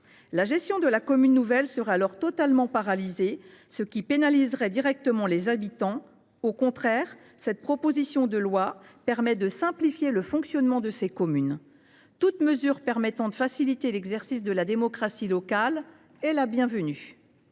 La gestion de la commune nouvelle serait alors totalement paralysée, ce qui pénaliserait directement les habitants. Cette proposition de loi permet de simplifier le fonctionnement de ces communes. Toute mesure permettant de faciliter l’exercice de la démocratie locale est la bienvenue.